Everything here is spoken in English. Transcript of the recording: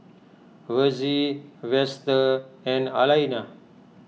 Versie Vester and Alayna